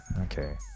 Okay